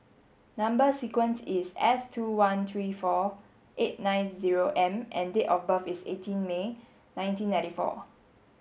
number sequence is S two one three four eight nine zero M and date of birth is eighteen May nineteen ninety four